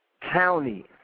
County